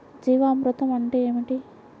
జీవామృతం అంటే ఏమిటి?